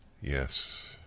Yes